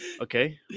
Okay